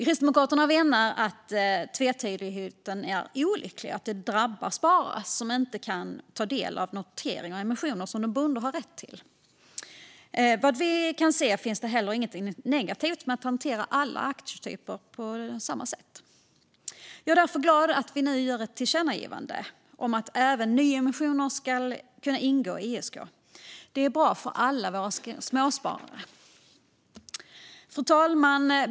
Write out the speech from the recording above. Kristdemokraterna menar att tvetydigheten är olycklig. Det drabbar sparare som inte kan ta del av noteringar och emissioner som de borde ha rätt till. Vad vi kan se finns heller inget negativt med att hantera alla aktietyper på samma sätt. Jag är därför glad att vi nu gör ett tillkännagivande om att även nyemissioner ska kunna ingå i ISK. Det är bra för alla våra småsparare. Fru talman!